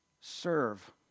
Serve